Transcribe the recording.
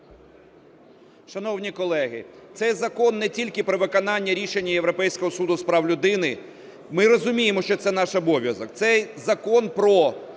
Шановні колеги, цей закон не тільки про виконання рішення Європейського суду з прав людини, ми розуміємо, що це наш обов'язок. Цей закон про